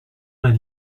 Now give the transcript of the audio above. vingt